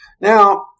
Now